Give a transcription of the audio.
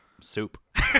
Soup